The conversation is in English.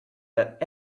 that